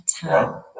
time